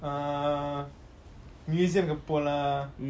err museum போலாம்:polam